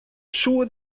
soe